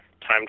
time